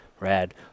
Rad